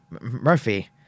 Murphy